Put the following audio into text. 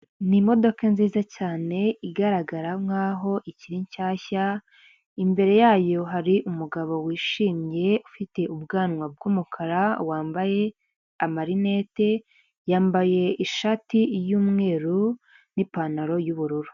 Ni imodoka nziza cyane, igaragara nkaho ikiri nshyashya, imbere yayo hari umugabo wishimye ufite ubwanwa bw'umukara, wambaye amarinete, yambaye ishati y'umweru n'ipantaro y'ubururu.